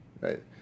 Right